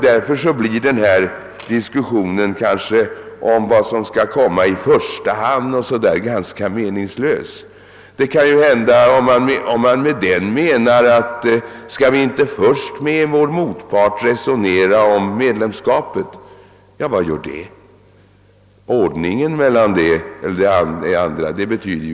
Därför blir diskussionen om vad som skall komma i första hand ganska meningslös. Man kanske menar att vi först bör ta upp ett resonemang om medlemskapet med vår motpart. Ordningsföljden har emellertid härvidlag ingen betydelse.